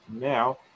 now